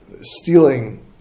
stealing